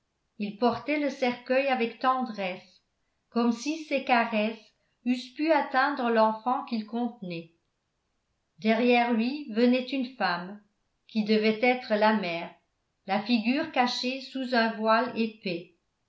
il portait le cercueil avec tendresse comme si ses caresses eussent pu atteindre l'enfant qu'il contenait derrière lui venait une femme qui devait être la mère la figure cachée sous un voile épais